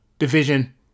division